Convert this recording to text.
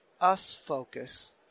us-focus